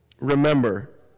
remember